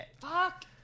Fuck